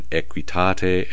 equitate